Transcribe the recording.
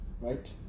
Right